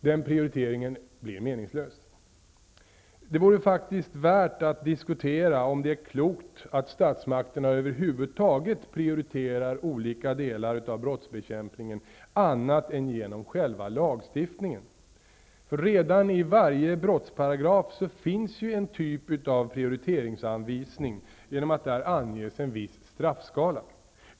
Då blir prioriteringen meningslös. Det vore faktiskt värt att diskutera om det är klokt att statsmakterna över huvud taget prioriterar olika delar av brottsbekämpningen annat än genom själva lagstiftningen. Redan i varje brottsparagraf finns ju en typ av prioriteringsanvisning, genom att där anges en viss straffskala.